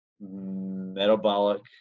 metabolic